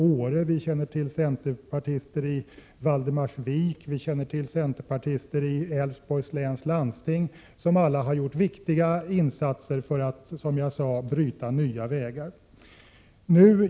Låt mig nämna centerpartister i Åre, Valdemarsvik och Älvsborgs läns landsting som gjort intressanta insatser i detta sammanhang.